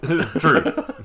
true